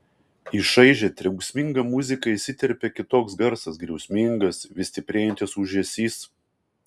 į šaižią trenksmingą muziką įsiterpia kitoks garsas griausmingas vis stiprėjantis ūžesys